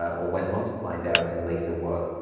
or went on to find out in later work,